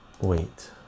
wait